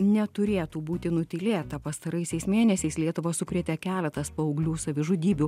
neturėtų būti nutylėta pastaraisiais mėnesiais lietuvą sukrėtė keletas paauglių savižudybių